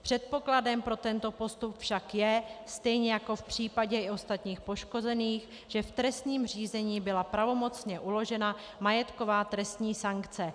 Předpokladem pro tento postup však je, stejně jako v případě i ostatních poškozených, že v trestním řízení byla pravomocně uložena majetková trestní sankce.